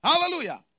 Hallelujah